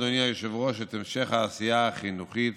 אדוני היושב-ראש, את המשך העשייה החינוכית